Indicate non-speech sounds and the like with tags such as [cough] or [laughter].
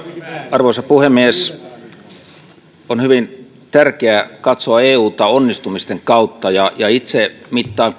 arvoisa puhemies on hyvin tärkeää katsoa euta onnistumisten kautta ja ja itse mittaan [unintelligible]